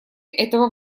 этого